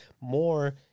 more